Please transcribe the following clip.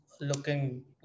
looking